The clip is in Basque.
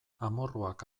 amorruak